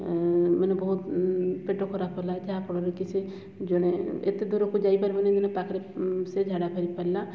ଉଁ ମାନେ ବହୁତ ପେଟ ଖରାପ ହେଲା ଯାହାଫଳରେ କି ସେ ଜଣେ ଏତେ ଦୂରକୁ ଯାଇପାରିବ ନାହିଁ ପାଖରେ ଝାଡ଼ା ଫେରିପାରିଲା